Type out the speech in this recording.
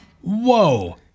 Whoa